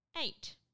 eight